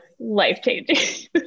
life-changing